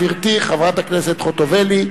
גברתי חברת הכנסת חוטובלי,